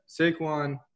Saquon